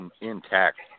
intact